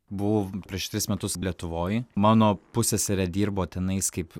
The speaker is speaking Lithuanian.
buvau prieš tris metus lietuvoj mano pusseserė dirbo tenais kaip